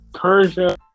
Persia